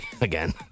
again